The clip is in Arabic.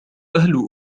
أهل